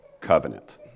covenant